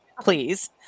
please